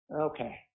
Okay